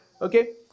Okay